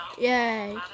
Yay